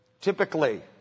Typically